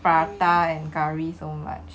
prata and curry so much